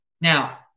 Now